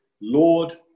Lord